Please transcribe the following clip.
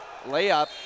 layup